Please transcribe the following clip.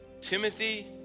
Timothy